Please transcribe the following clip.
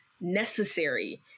necessary